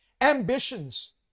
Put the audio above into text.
ambitions